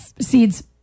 Seeds